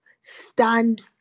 stand